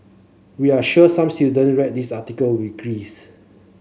we are sure some student read this article with grace